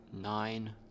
nine